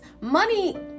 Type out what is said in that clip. money